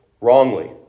wrongly